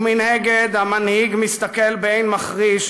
ומנגד, המנהיג מסתכל באין, מחריש,